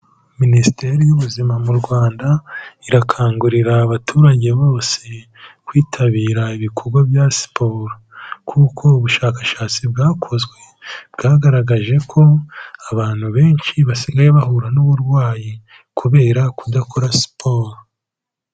Minisiteri y'Ubuzima mu Rwanda irakangurira abaturage bose kwitabira ibikorwa bya siporo, kuko ubushakashatsi bwakozwe bwagaragaje ko abantu benshi basigaye bahura n'uburwayi kubera kudakora siporo.